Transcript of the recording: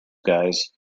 guys